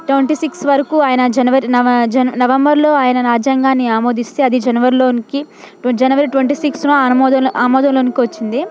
twenty six వరకు ఆయన జనవరి నవ జన నవంబర్లో ఆయన రాజ్యాంగాన్ని ఆమోదిస్తే అది జనవరిలోనికి ట్వ జనవరి ట్వంటీ సిక్స్కి ఆమోదంలోకి ఆమోదంలోకి వచ్చింది